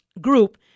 Group